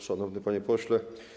Szanowny Panie Pośle!